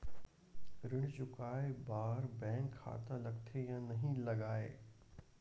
ऋण चुकाए बार बैंक खाता लगथे या नहीं लगाए?